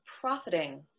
profiting